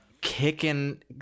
kicking